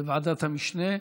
בוועדת המשנה,